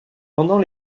pendant